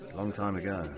long time ago.